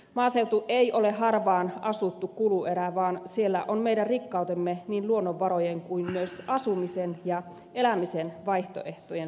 maaseutu ei ole harvaanasuttu kuluerä vaan siellä on meidän rikkautemme niin luonnonvarojen kuin myös asumisen ja elämisen vaihtoehtojen suhteen